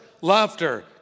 laughter